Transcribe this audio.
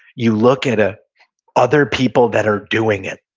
you look at ah other people that are doing it,